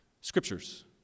scriptures